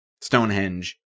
Stonehenge